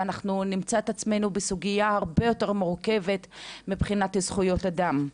ואנחנו נמצא את עצמנו בסוגיה הרבה יותר מורכבת מבחינת זכויות אדם.